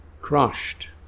crushed